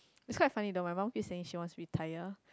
is quite funny though my mum keeps saying she wants to retire